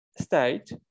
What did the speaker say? state